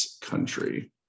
Country